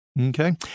Okay